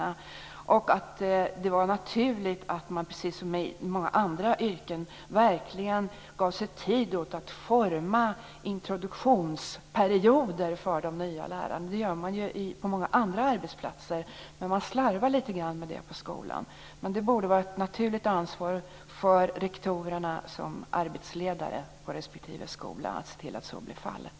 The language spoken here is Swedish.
Jag tycker också att det skulle vara naturligt att som i många andra yrken verkligen ge tid åt att forma introduktionsperioder för de nya lärarna. Så gör man på många andra arbetsplatser men det slarvas lite grann med det i skolan. Det borde vara ett naturligt ansvar för rektorerna som arbetsledare på respektive skola att se till att så blir fallet.